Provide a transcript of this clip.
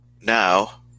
Now